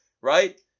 right